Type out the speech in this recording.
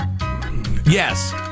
Yes